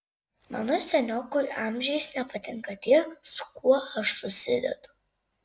mano seniokui amžiais nepatinka tie su kuo aš susidedu